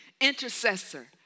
intercessor